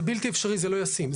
זה בלתי אפשרי, זה לא ישים.